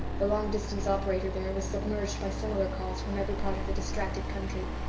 the long-distance operator there was submerged by similar calls from every part of the distracted country.